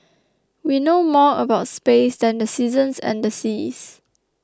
we know more about space than the seasons and the seas